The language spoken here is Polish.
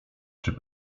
czy